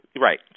Right